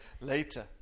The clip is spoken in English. later